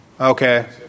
Okay